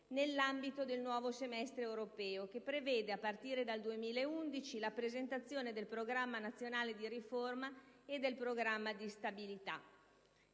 nell'ambito del nuovo semestre europeo, che prevede a partire dal 2011 la presentazione del Programma nazionale di riforma e del Programma di stabilità.